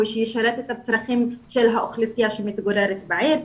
שישרת את הצרכים של האוכלוסייה שמתגוררת בעיר.